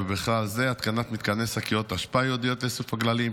ובכלל זה התקנת מתקני שקיות אשפה ייעודיות לאיסוף הגללים,